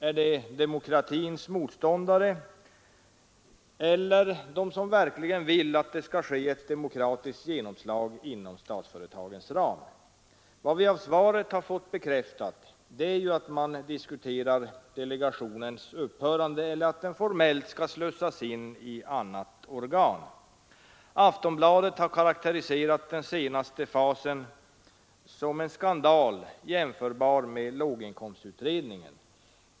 Är det demokratins motståndare eller är det de som verkligen vill att det skall bli ett demokratiskt genomslag inom statsföretagen? Vad vi av svaret har fått bekräftat är att man diskuterar att delegationen skall upphöra eller att den formellt skall slussas in i ett annat organ. Aftonbladet har karkateriserat den senaste fasen som en skandal jämförbar med nedläggningen av låginkomstutredningen.